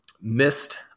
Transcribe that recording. missed